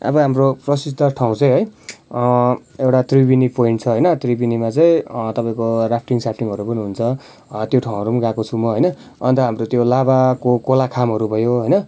अब हाम्रो प्रसिद्ध ठाउँ चाहिँ है एउटा त्रिवेणी पोइन्ट छ होइन त्रिवेणीमा चाहिँ तपाईँको राफ्टिङ साफ्टिङहरू पनि हुन्छ त्यो ठाउँहरू पनि गएको छु म होइन अन्त हाम्रो त्यो लाभाको कोलाखामहरू भयो होइन